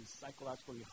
psychologically